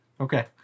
Okay